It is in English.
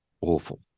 Awful